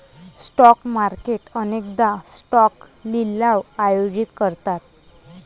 stock market अनेकदा stock लिलाव आयोजित करतात